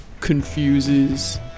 confuses